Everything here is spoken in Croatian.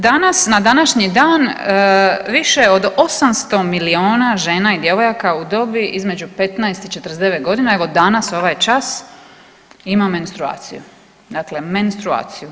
Danas na današnji dan više od 800 milijuna žena i djevojaka u dobi između 15 i 49 godina evo danas ovaj čas ima menstruaciju, dakle menstruaciju.